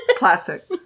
Classic